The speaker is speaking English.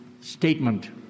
statement